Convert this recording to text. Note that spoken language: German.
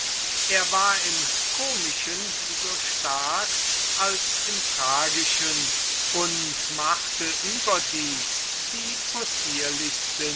er war im komischen so stark als im tragischen und machte überdies die possierlichsten